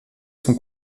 sont